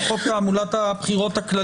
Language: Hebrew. ולכן חשוב להחדיר את השקיפות,